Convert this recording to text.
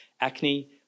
acne